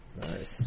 Nice